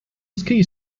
ski